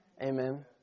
Amen